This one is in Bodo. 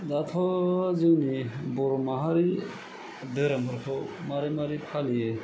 दाथ' जोंनि बर' माहारि धोरोमफोरखौ माबोरै माबोरै फालियो